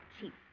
cheap